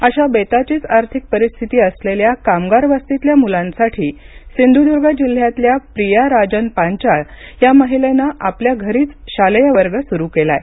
अशा बेताचीच आर्थिक परिस्थिती असलेल्या कामगार वस्तीतल्या मुलांसाठी सिंधुदुर्ग जिल्ह्यातल्या प्रिया राजन पांचाळ या महिलेनं आपल्या घरीच शालेय वर्ग सुरु केलाय